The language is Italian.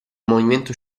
movimento